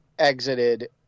exited